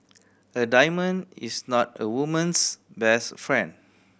a diamond is not a woman's best friend